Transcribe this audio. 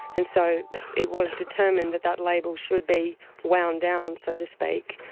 and so it was determined that that label should be wound down, so to speak,